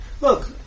look